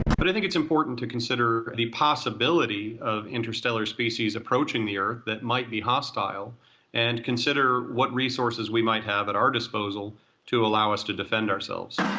but i think it's important to consider the possibility of interstellar species approaching the earth that might be hostile and consider what resources we might have at our disposal to allow us to defend ourselves